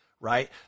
right